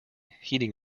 heating